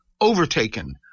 overtaken